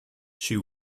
she